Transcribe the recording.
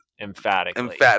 emphatically